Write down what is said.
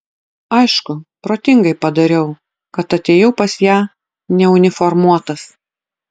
aišku protingai padariau kad atėjau pas ją neuniformuotas